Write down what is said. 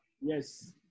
Yes